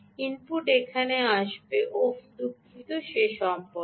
input এখানে আসবে ওফ দুঃখিত যে সম্পর্কে